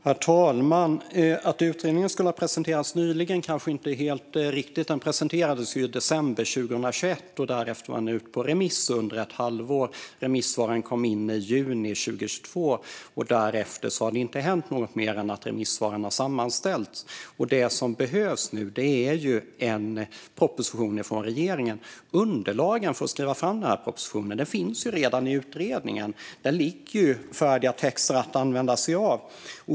Herr talman! Att utredningen skulle ha presenterats nyligen kanske inte är helt riktigt - den presenterades ju i december 2021, och därefter var den ute på remiss under ett halvår. Remissvaren kom in i juni 2022, och därefter har det inte hänt något mer än att remissvaren har sammanställts. Det som behövs nu är en proposition från regeringen. Underlagen för att skriva fram propositionen finns redan i utredningen; där finns ju färdiga texter att använda sig av.